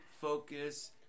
focus